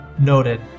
Noted